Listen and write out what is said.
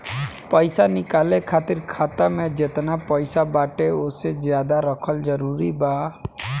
पईसा निकाले खातिर खाता मे जेतना पईसा बाटे ओसे ज्यादा रखल जरूरी बा?